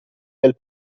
del